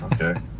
okay